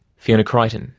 fiona crichton,